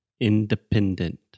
Independent